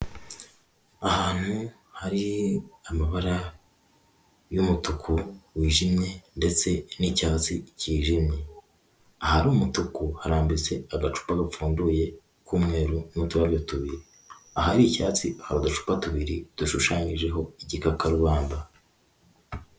Ahantu hari amabara y'umutuku wijimye ndetse n'icyatsi cyijimye. Ahari umutuku harambitse agacupa gapfunduye k'umweru n'uturabyo tubiri. Ahari icyatsi hari uducupa tubiri dushushanyijeho igikakarubanda.